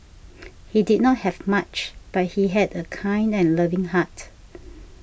he did not have much but he had a kind and loving heart